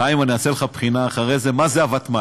חיים, אני אעשה לך בחינה אחרי זה מה זה הוותמ"ל.